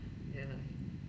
ya lah